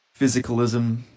Physicalism